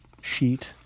sheet